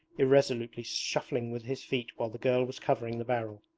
irresolutely shuffling with his feet while the girl was covering the barrel.